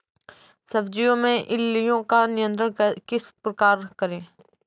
सब्जियों में इल्लियो का नियंत्रण किस प्रकार करें?